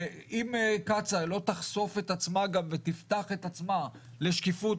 אם קצא"א גם לא תחשוף את עצמה ותפתח את עצמה לשקיפות,